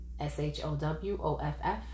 S-H-O-W-O-F-F